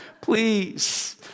Please